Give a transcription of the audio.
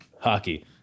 hockey